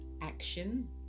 action